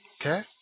Okay